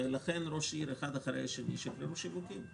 לכן ראש עיר אחד אחרי השני שחררו שיווקים.